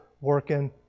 working